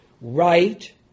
right